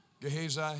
Gehazi